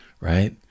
right